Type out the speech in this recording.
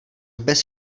bez